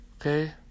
Okay